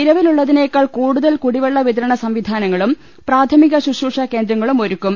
നിലവിലുളളതിനേക്കാൾ കൂടുതൽ കുടിവെള്ള വിതരണ സംവിധാനങ്ങളൂം പ്രാഥമിക ശുശ്രൂഷാ കേന്ദ്രങ്ങളും ഒരുക്കും